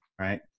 Right